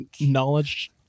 knowledge